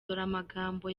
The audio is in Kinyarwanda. amagambo